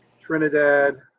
Trinidad